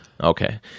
Okay